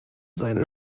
seine